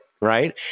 Right